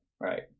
Right